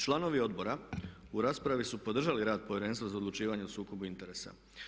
Članovi odbora u raspravi su podržali rad Povjerenstva za odlučivanje o sukobu interesa.